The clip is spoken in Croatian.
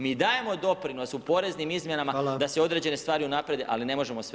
Mi dajemo doprinos u poreznim izmjenama da se određene stvari unaprijede, ali ne možemo sve